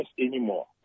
anymore